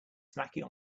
snacking